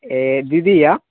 ए द्वितीय